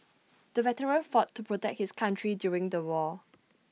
the veteran fought to protect his country during the war